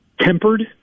tempered